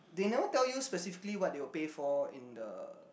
they never tell you specifically what they will pay for in the